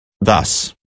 Thus